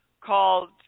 called